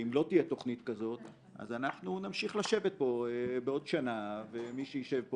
ואם לא תהיה תכנית כזאת אז אנחנו נמשיך לשבת פה בעוד שנה ומי שיישב פה